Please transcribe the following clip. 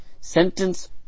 sentence